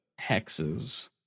hexes